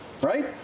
right